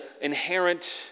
inherent